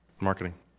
Marketing